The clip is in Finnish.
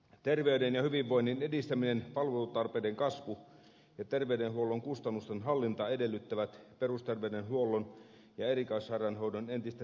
terveyden ja hyvinvoinnin edistäminen palvelutarpeiden kasvu ja terveydenhuollon kustannusten hallita edellyttävät perusterveydenhuollon ja erikoissairaanhoidon entistä tiiviimpää yhteistyötä